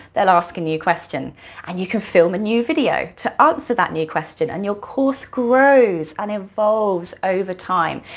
they'll ask a new question and you can film a new video to answer that new question and your course grows and evolves over time,